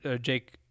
jake